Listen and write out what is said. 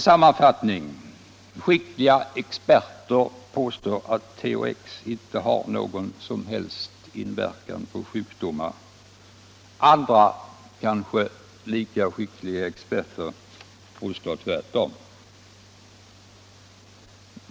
Sammanfattning: Skickliga experter påstår att THX inte har någon som helst verkan på sjukdomar. Andra kanske lika skickliga experter påstår tvärtom.